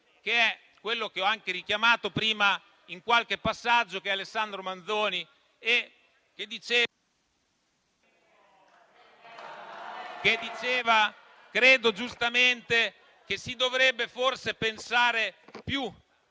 che è quello che ho anche richiamato prima in qualche passaggio, che è Alessandro Manzoni, che diceva - credo giustamente - che si dovrebbe forse pensare più